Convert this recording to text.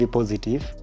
positive